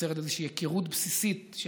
שמייצרת איזושהי היכרות בסיסית של